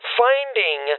finding